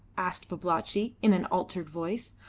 asked babalatchi, in an altered voice.